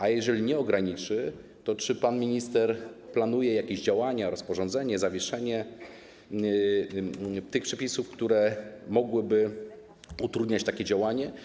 A jeżeli nie ograniczy, to czy pan minister planuje jakieś działania, rozporządzenie, zawieszenie tych przepisów, które mogłyby utrudniać takie działanie?